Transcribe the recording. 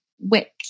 Wick